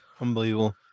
Unbelievable